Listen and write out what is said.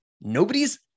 nobody's